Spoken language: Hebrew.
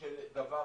של דבר